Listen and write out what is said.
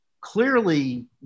clearly